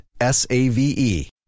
S-A-V-E